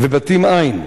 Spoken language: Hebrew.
ובתים אין.